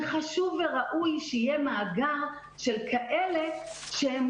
וחשוב וראוי שיהיה מאגר של כאלה שהן